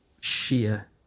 sheer